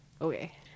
Okay